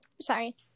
Sorry